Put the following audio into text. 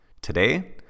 Today